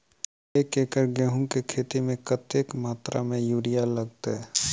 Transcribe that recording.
एक एकड़ गेंहूँ केँ खेती मे कतेक मात्रा मे यूरिया लागतै?